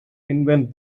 invent